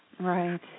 Right